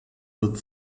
wird